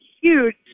huge